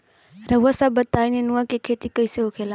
रउआ सभ बताई नेनुआ क खेती कईसे होखेला?